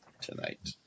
Tonight